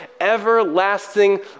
everlasting